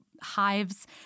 hives